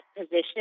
position